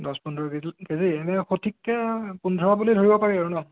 দহ পোন্ধৰ কেজি এনেই সঠিককে পোন্ধৰ বুলি ধৰিব পাৰি আৰু ন